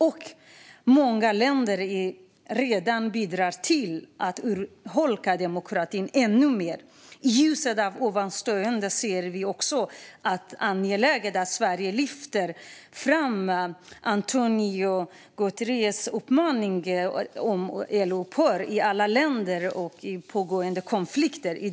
Vi ser nu att coronaviruset i många länder redan bidrar till att urholka demokratin ännu mer. I ljuset av ovanstående ser vi det också som angeläget att Sverige lyfter fram António Guterres uppmaning om eldupphör i alla länder med pågående konflikter.